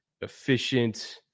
efficient